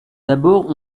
d’abord